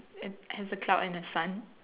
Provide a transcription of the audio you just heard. has has a cloud and a sun